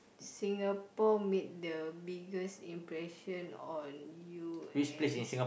Singapore make the biggest impression on you as